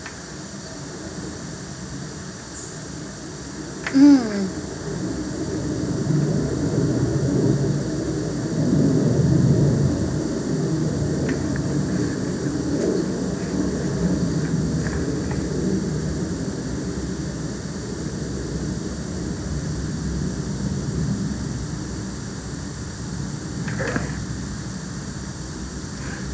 mm